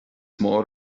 mór